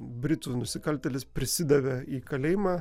britų nusikaltėlis prisidavė į kalėjimą